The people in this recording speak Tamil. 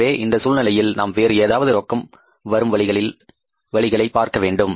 எனவே இந்த சூழ்நிலையில் நாம் வேறு ஏதாவது ரொக்கம் வரும் வழிகளை பார்க்கவேண்டும்